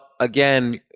again